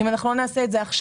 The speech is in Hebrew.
אם אנחנו לא נעשה את זה עכשיו,